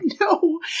no